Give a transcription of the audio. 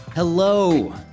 Hello